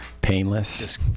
painless